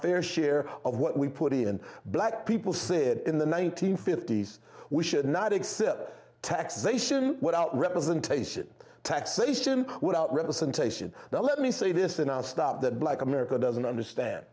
fair share of what we put in black people said in the one nine hundred fifty s we should not exist taxation without representation taxation without representation now let me say this and i'll stop that black america doesn't understand